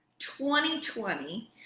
2020